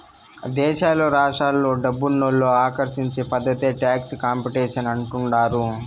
దేశాలు రాష్ట్రాలు డబ్బునోళ్ళు ఆకర్షించే పద్ధతే టాక్స్ కాంపిటీషన్ అంటుండారు